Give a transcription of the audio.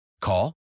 Call